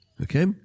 okay